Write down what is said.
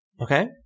Okay